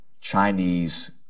Chinese